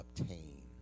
obtain